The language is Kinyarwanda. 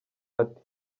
ati